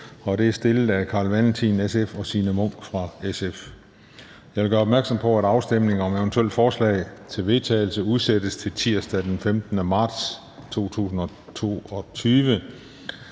for en dag. Jeg tror, vi er ved at være klar. Jeg vil gøre opmærksom på, at afstemning om eventuelle forslag til vedtagelse udsættes til tirsdag den 15. marts, 2022.